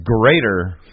greater